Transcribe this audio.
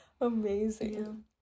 amazing